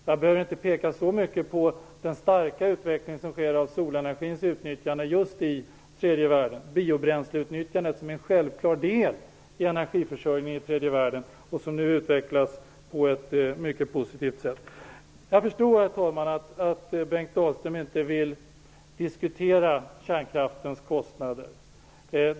Jag behöver inte peka på den starka utveckling som sker av solenergins utnyttjande och biobränsleutnyttjandet just i tredje världen, som en självklar del av energiförsörjningen i tredje världen. De utvecklas nu på ett mycket positivt sätt. Jag förstår, herr talman, att Bengt Dalström inte vill diskutera kärnkraftens kostnader.